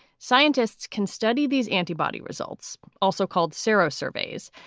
scientists can study these antibody results, also called sero surveys,